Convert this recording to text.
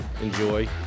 enjoy